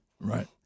Right